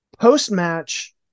post-match